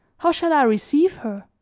how shall i receive her?